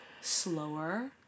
slower